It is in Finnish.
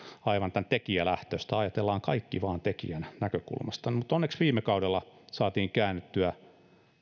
aivan tekijälähtöistä ajatellaan kaikki vain tekijän näkökulmasta mutta onneksi viime kaudella saatiin käännettyä